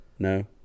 No